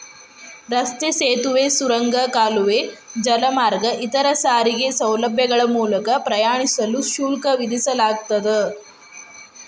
ರಸ್ತೆ ಸೇತುವೆ ಸುರಂಗ ಕಾಲುವೆ ಜಲಮಾರ್ಗ ಇತರ ಸಾರಿಗೆ ಸೌಲಭ್ಯಗಳ ಮೂಲಕ ಪ್ರಯಾಣಿಸಲು ಶುಲ್ಕ ವಿಧಿಸಲಾಗ್ತದ